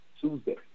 Tuesday